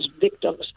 victims